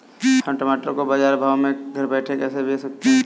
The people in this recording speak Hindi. हम टमाटर को बाजार भाव में घर बैठे कैसे बेच सकते हैं?